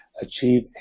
achieve